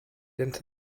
into